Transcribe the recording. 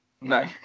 No